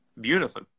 Beautiful